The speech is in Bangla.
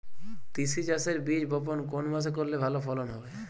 তিসি চাষের বীজ বপন কোন মাসে করলে ভালো ফলন হবে?